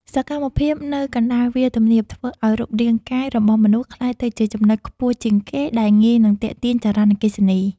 សកម្មភាពនៅកណ្តាលវាលទំនាបធ្វើឱ្យរូបរាងកាយរបស់មនុស្សក្លាយទៅជាចំណុចខ្ពស់ជាងគេដែលងាយនឹងទាក់ទាញចរន្តអគ្គិសនី។